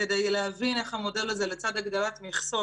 כדי להבין איך המודל הזה לצד הגדלת מכסות,